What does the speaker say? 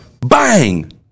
Bang